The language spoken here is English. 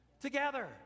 together